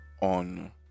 on